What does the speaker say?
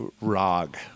Rog